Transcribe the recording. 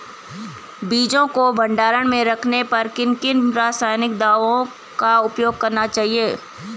बीजों को भंडारण में रखने पर किन किन रासायनिक दावों का उपयोग करना चाहिए?